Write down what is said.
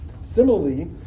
Similarly